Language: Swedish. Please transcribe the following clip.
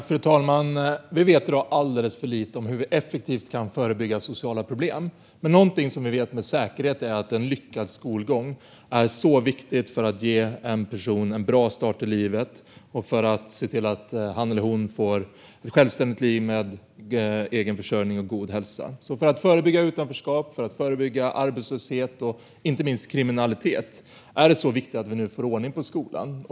Fru talman! Vi vet i dag alldeles för lite om hur vi effektivt kan förebygga sociala problem, men något vi vet med säkerhet är att en lyckad skolgång är viktig för att ge en person en bra start i livet och för att han eller hon ska få ett självständigt liv med egen försörjning och god hälsa. För att förebygga utanförskap, arbetslöshet och inte minst kriminalitet är det viktigt att vi får ordning på skolan.